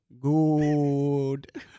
good